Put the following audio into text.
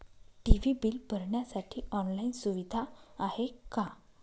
TV bill भरण्यासाठी online सुविधा आहे का?